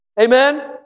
Amen